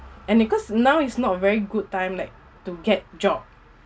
and because now it's not very good time like to get job